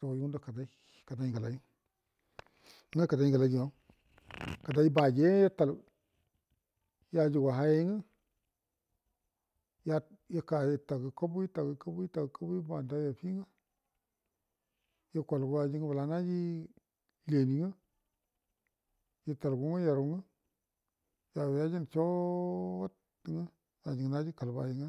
nga yandə kədar kədai ngəlai nga kəlai ngə lai jima kədai baji ital yajuguwa hoyeyi nga yat yika itagə kubu itagə kubu nga ikolgu ajingə bəla ngi leni ngə italgu nga yaru nga yau yajan choot nga wali naji kəlbai nga.